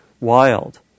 wild